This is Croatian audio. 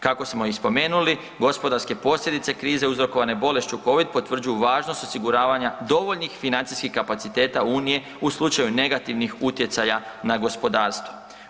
Kako smo i spomenuli, gospodarske posljedice krize uzrokovane bolešću covid potvrđuju važnost osiguravanja dovoljnih financijskih kapaciteta unije u slučaju negativnih utjecaja na gospodarstvo.